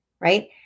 right